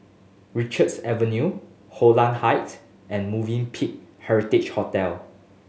Richards Avenue Holland Heights and Movenpick Heritage Hotel